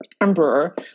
emperor